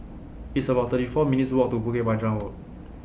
It's about thirty four minutes' Walk to Bukit Panjang Road